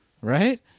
right